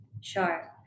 Sure